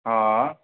हा